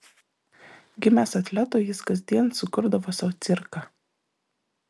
gimęs atletu jis kasdien sukurdavo sau cirką